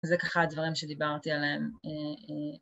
זה ככה הדברים שדיברתי עליהם